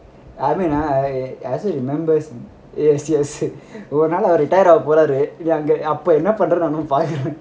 I mean remember yes yes ஒரு நாள் அவரு:oru naal avaru retire ஆக போறாரு அப்போ என்ன பண்ராறுனு நானும் பார்க்குறேன்:aaga poraru apo enna panrarunu naanum parkuren